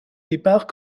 départ